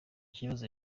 kibazo